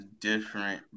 different